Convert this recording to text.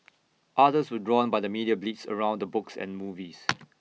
others were drawn by the media blitz around the books and movies